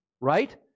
Right